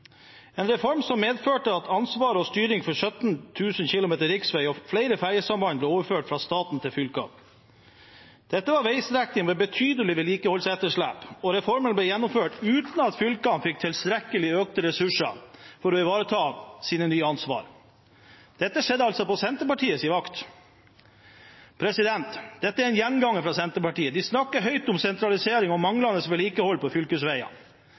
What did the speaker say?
en reform som medførte at ansvaret for og styringen med 17 000 km riksvei og flere fergesamband ble overført fra staten til fylkene. Dette var veistrekninger med et betydelig vedlikeholdsetterslep, og reformen ble gjennomført uten at fylkene fikk tilstrekkelig med økte ressurser for å ivareta sitt nye ansvar. Dette skjedde altså på Senterpartiets vakt. Dette er en gjenganger fra Senterpartiet. De snakker høyt om sentralisering og manglende vedlikehold på